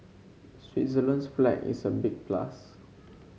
Switzerland's flag is a big plus